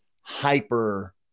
hyper